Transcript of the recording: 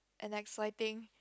and exciting